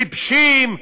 טיפשים?